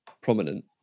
prominent